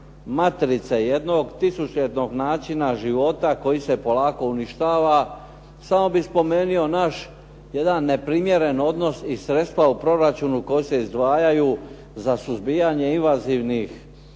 matrice jednog tisućljetnog načina života koji se polako uništava. Samo bih spomenuo naš jedan neprimjeren odnos i sredstva u proračunu koja se izdvajaju za suzbijanje invazivnih,